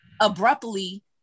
abruptly